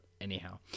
Anyhow